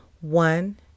one